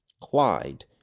Clyde